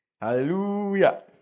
Hallelujah